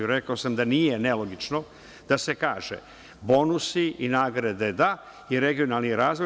Rekao sam da nije nelogično da se kaže – bonusi i nagrade da i regionalni razvoj.